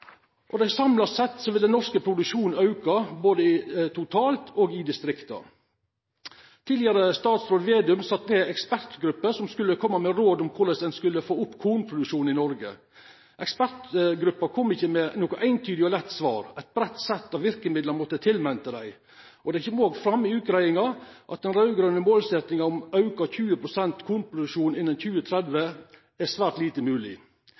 og samla sett vil den norske produksjonen auka – både totalt og i distrikta. Tidlegare statsråd Slagsvold Vedum sette ned ei ekspertgruppe som skulle koma med råd om korleis ein skulle få opp kornproduksjonen i Noreg. Ekspertgruppa kom ikkje med noko eintydig og lett svar. Eit breitt sett av verkemiddel måtte til, meinte dei. Det kjem også fram i utgreiinga at den raud-grøne målsettinga om 20 pst. auke i kornproduksjon innan 2030, er svært lite